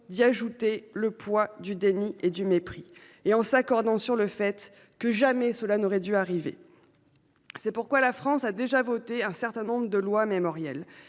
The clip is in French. d’y ajouter le poids du déni et du mépris, en reconnaissant que jamais cela n’aurait dû arriver. C’est pourquoi la France a déjà adopté un certain nombre de lois mémorielles.